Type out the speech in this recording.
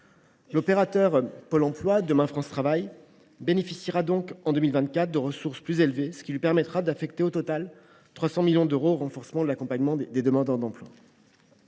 l’opérateur France Travail bénéficiera en 2024 de ressources plus élevées, ce qui lui permettra d’affecter au total 300 millions d’euros au renforcement de l’accompagnement des demandeurs d’emploi.